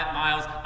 miles